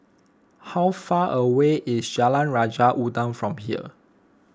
how far away is Jalan Raja Udang from here